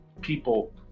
people